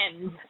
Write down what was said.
end